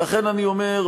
ולכן אני אומר,